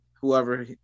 whoever